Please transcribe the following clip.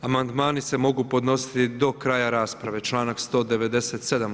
Amandmani se mogu podnositi do kraja rasprave, članak 197.